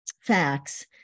facts